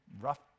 rough